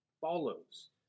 follows